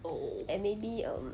and maybe um